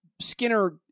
Skinner